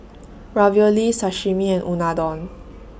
Ravioli Sashimi and Unadon